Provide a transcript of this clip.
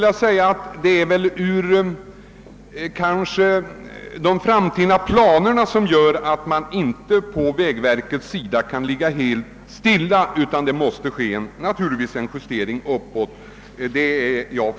Jag är fullt medveten om att vägverkets framtidsplaner gör att anslagen inte kan behållas helt oförändrade utan måste justeras uppåt.